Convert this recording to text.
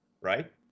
right